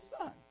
son